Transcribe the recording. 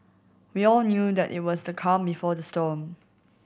we all knew that it was the calm before the storm